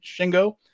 Shingo